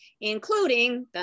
including